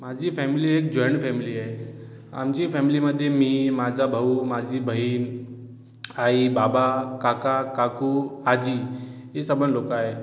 माझी फॅमिली एक joint family आहे आमच्या फॅमिलीमध्ये मी माझा भाऊ माझी बहीण आई बाबा काका काकू आजी हे सबंध लोकं आहे